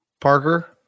Parker